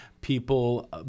people